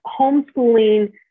homeschooling